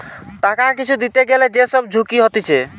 টাকা কিছু দিতে গ্যালে যে সব ঝুঁকি হতিছে